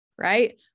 right